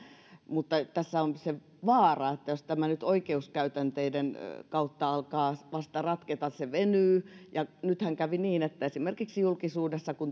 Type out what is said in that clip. mutta tässä on se vaara että jos tämä nyt oikeuskäytänteiden kautta alkaa vasta ratketa se venyy ja nythän kävi niin että esimerkiksi kun julkisuudessa yleistyi